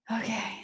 Okay